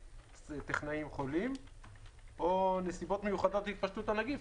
טכנאים חולים או נסיבות מיוחדות להתפשטות הנגיף.